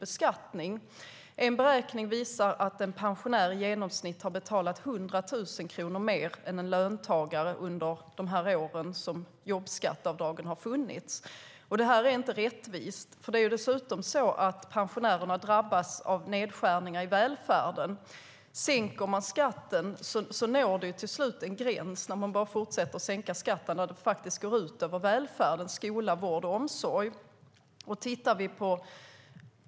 En beräkning visar att en pensionär i genomsnitt har betalat 100 000 kronor mer än en löntagare under de år som jobbskatteavdragen har funnits. Detta är inte rättvist. Pensionärerna drabbas dessutom av nedskärningar i välfärden. Sänker man skatten når man till slut en gräns där det faktiskt går ut över välfärden: skola, vård och omsorg.